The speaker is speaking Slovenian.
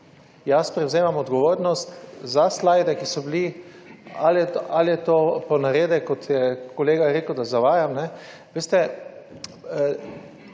Jaz prevzemam odgovornost za slajde, ki so bili, ali je to ponaredek, kot je kolega rekel, da zavajam. Veste,